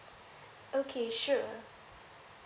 okay sure